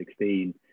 2016